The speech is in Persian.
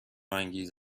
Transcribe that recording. انگیز